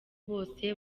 bose